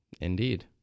Indeed